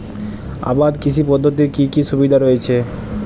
আবাদ কৃষি পদ্ধতির কি কি সুবিধা রয়েছে?